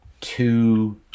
two